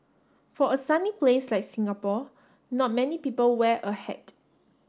for a sunny place like Singapore not many people wear a hat